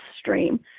stream